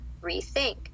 rethink